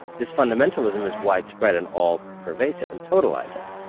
this fundamentalism is widespread and all pervasive and totalizing.